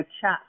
chat